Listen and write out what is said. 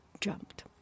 jumped